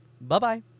Bye-bye